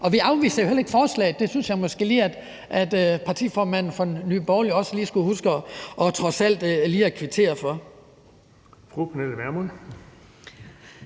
Vi afviser jo heller ikke forslaget. Det synes jeg måske lige at formanden for Nye Borgerlige trods alt skulle huske at kvittere for.